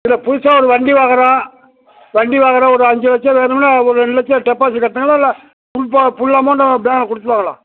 இல்லை புதுசாக ஒரு வண்டி வாங்குறோம் வண்டி வாங்குகிறோம் ஒரு அஞ்சு லட்சம் வேணும்னால் ஒரு ரெண்டு லட்சம் டெபாசிட் கட்டணுங்களா இல்லை ஃபுல் போ ஃபுல் அமௌண்ட்டை பேங்கில் கொடுத்துருவாங்களா